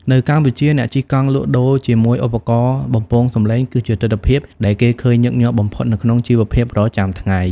នៅកម្ពុជា អ្នកជិះកង់លក់ដូរជាមួយឧបករណ៍បំពងសំឡេង គឺជាទិដ្ឋភាពដែលគេឃើញញឹកញាប់បំផុតនៅក្នុងជីវភាពប្រចាំថ្ងៃ។